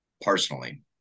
personally